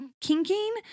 kinking